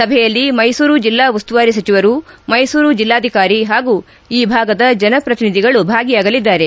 ಸಭೆಯಲ್ಲಿ ಮೈಸೂರು ಜಿಲ್ಲಾ ಉಸ್ತುವಾರಿ ಸಚಿವರು ಮೈಸೂರು ಜಿಲ್ಲಾಧಿಕಾರಿ ಹಾಗೂ ಈ ಭಾಗದ ಜನಪ್ರತಿನಿಧಿಗಳು ಭಾಗಿಯಾಗಲಿದ್ದಾರೆ